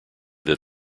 that